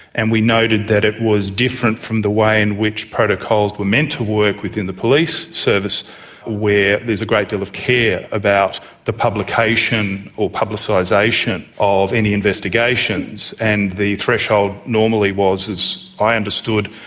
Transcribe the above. and we noted that it was different from the way in which protocols were meant to work within the police service where there is a great deal of care about the publication or publicisation of any investigations. and the threshold normally was, as i understood,